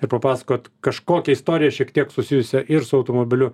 ir papasakot kažkokią istoriją šiek tiek susijusią ir su automobiliu